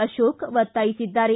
ಅಶೋಕ್ ಒತ್ತಾಯಿಸಿದ್ದಾರೆ